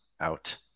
out